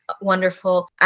wonderful